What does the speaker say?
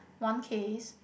one case